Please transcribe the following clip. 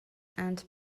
and